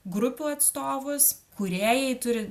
grupių atstovus kūrėjai turi